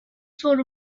sort